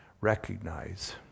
recognize